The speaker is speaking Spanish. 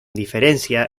diferencia